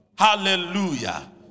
Hallelujah